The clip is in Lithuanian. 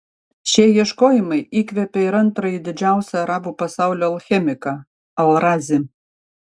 šie ieškojimai įkvėpė ir antrąjį didžiausią arabų pasaulio alchemiką al razį